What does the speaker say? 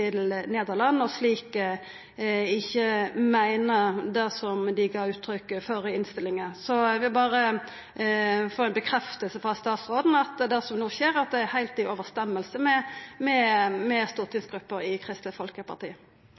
Nederland, og slik ikkje meiner det som dei gav uttrykk for i innstillinga. Eg vil berre få ei stadfesting frå statsråden på at det som no skjer, er heilt i samsvar med stortingsgruppa til Kristeleg Folkeparti. Som representanten Toppe sikkert er kjent med, representerer ikke jeg Kristelig Folkeparti,